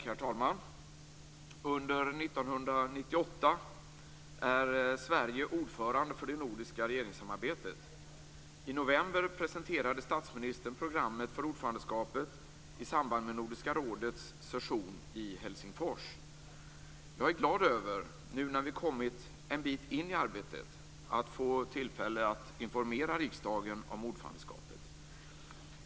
Herr talman! Under 1998 är Sverige ordförande för det nordiska regeringssamarbetet. I november presenterade statsministern programmet för ordförandeskapet i samband med Nordiska rådets session i Helsingfors. Jag är glad över att, när vi nu kommit en bit in i arbetet, få tillfälle att informera riksdagen om ordförandeskapet.